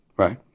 Right